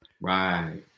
right